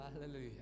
Hallelujah